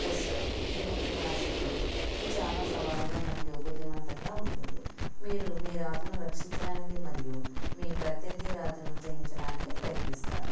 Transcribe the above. chess ఇది ఒక classic game ఇది చాలా సవాలుగా మరియు బుద్ధిమంతంగా ఉంటుంది మీరు మీ రాజును రక్షించడానికి మరియు మీ ప్రత్యర్థి రాజును జయించడానికి ప్రయత్నిస్తారు